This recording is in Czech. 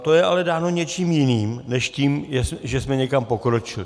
To je ale dáno něčím jiným než tím, že jsme někam pokročili.